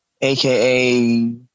aka